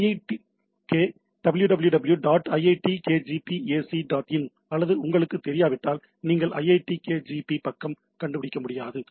iiitk www dot iitkgp ac dot in அல்லது உங்களுக்குத் தெரியாவிட்டால் நீங்கள் iitkgp பக்கம் கண்டுபிடிக்க முடியாது